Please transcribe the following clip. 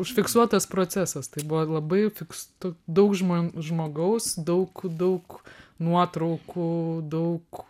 užfiksuotas procesas tai buvo labai fiks tok daug žmo žmogaus daug daug nuotraukų daug